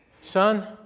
son